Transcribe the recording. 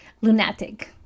lunatic